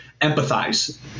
empathize